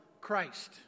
Christ